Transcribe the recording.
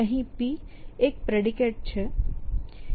અહીં P એક predicate છે